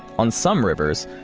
on some rivers,